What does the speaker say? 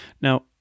Now